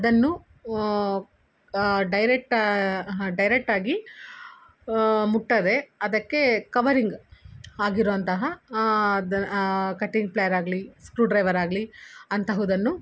ಅದನ್ನು ಡೈರೆಕ್ಟ್ ಆ ಡೈರೆಕ್ಟ್ ಆಗಿ ಮುಟ್ಟದೆ ಅದಕ್ಕೆ ಕವರಿಂಗ್ ಆಗಿರೋವಂತಹ ಕಟ್ಟಿಂಗ್ ಪ್ಲೇಯರ್ ಆಗಲಿ ಸ್ಕ್ರೂ ಡ್ರೈವರ್ ಆಗಲಿ ಅಂತಹುದನ್ನು